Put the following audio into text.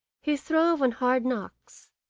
he throve on hard knocks,